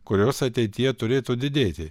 kurios ateityje turėtų didėti